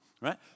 right